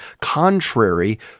contrary